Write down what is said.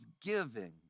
giving